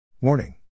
Warning